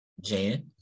Jan